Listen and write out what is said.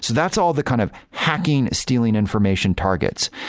that's all the kind of hacking, stealing information targets.